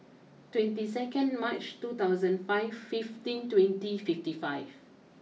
twenty second March two thousand five fifteen twenty fifty five